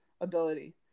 ability